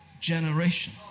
generation